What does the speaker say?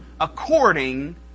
according